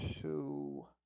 two